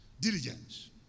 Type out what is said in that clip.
Diligence